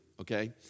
okay